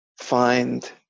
find